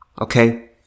okay